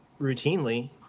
routinely